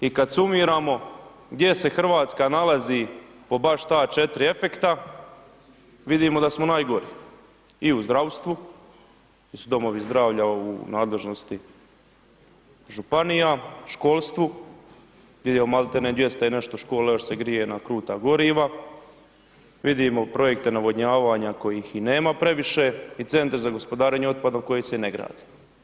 I kad sumiramo gdje se RH nalazi po baš ta 4 efekta, vidimo da smo najgori i u zdravstvu, to su domovi zdravlja u nadležnosti županija, školstvu gdje je malte ne 200 i nešto škola još se grije na kruta goriva, vidimo projekte navodnjavanja kojih i nema previše i Centre za gospodarenjem otpadom koji se i ne grade.